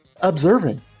observing